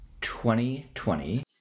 2020